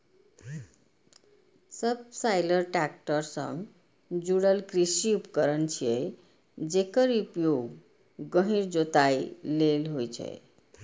subsoiler tractor सं जुड़ल कृषि उपकरण छियै, जेकर उपयोग गहींर जोताइ लेल होइ छै